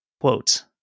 Quote